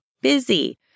busy